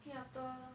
I mean after